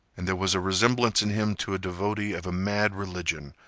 and there was a resemblance in him to a devotee of a mad religion,